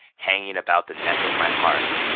hanging about the neck of my heart,